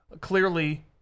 clearly